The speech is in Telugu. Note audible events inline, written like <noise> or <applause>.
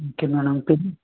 okay madam <unintelligible>